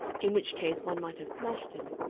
in which case one might have smashed him,